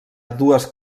dues